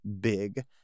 big